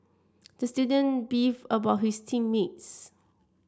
the student beefed about his team mates